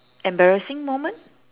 embarrassing moment